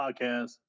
Podcast